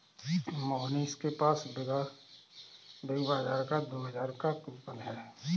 मोहनीश के पास बिग बाजार का दो हजार का कूपन है